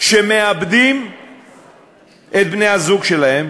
שמאבדים את בני-הזוג שלהם,